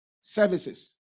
services